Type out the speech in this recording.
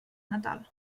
natal